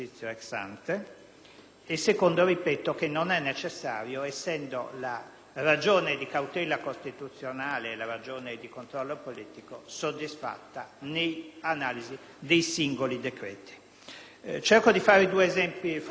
secondo luogo, ciò non è necessario, essendo la ragione di cautela costituzionale e di controllo politico soddisfatta nell'analisi dei singoli decreti. Cercherò di fare due esempi fortemente indicativi.